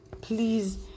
please